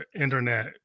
internet